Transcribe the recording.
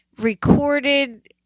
recorded